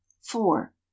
four